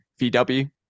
vw